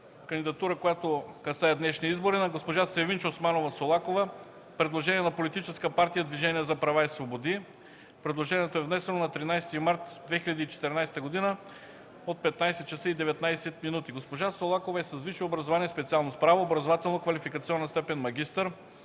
кандидатура, която касае днешния избор е на госпожа Севинч Османова Солакова, предложение на Политическа партия „Движение за права и свободи”. Предложението е внесено на 13 март 2014 г. в 15,19 ч. Госпожа Солакова е с висше образование специалност „Право”, образователно-квалификационна степен „магистър”.